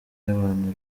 y’abantu